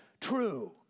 true